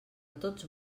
tots